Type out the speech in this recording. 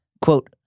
Quote